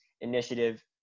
Initiative